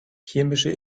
chemische